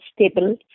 stable